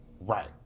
Right